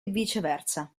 viceversa